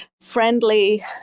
friendly